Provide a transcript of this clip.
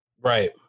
Right